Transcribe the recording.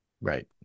right